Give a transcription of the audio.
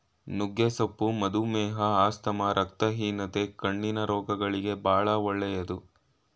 ನುಗ್ಗೆ ಸೊಪ್ಪು ಮಧುಮೇಹ, ಆಸ್ತಮಾ, ರಕ್ತಹೀನತೆ, ಕಣ್ಣಿನ ರೋಗಗಳಿಗೆ ಬಾಳ ಒಳ್ಳೆದು